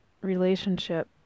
relationship